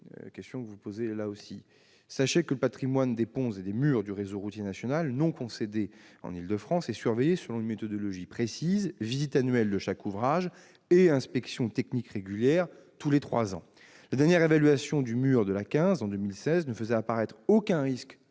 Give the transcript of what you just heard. anticiper cet accident ? Sachez que le patrimoine des ponts et murs du réseau routier national, non concédé en Île-de-France, est surveillé selon une méthodologie précise, comprenant la visite annuelle de chaque ouvrage et une inspection technique régulière, menée tous les trois ans. La dernière évaluation du mur de l'A15, en 2016, ne faisait apparaître aucun risque